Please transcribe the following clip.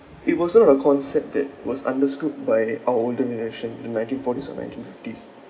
it wasn't a concept that was understood by our older generation in nineteen forties or nineteen fifties